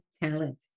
talent